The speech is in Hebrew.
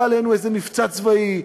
בא עלינו איזה מבצע צבאי,